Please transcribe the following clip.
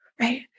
right